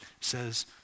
says